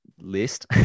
List